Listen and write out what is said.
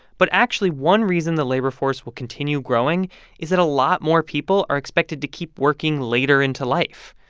but actually, one reason the labor force will continue growing is that a lot more people are expected to keep working later into life,